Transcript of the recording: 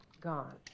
gone